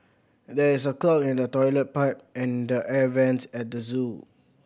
there is a clog in the toilet pipe and the air vents at the zoo